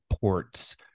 ports